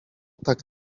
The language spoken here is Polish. tak